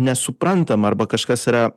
nesuprantam arba kažkas yra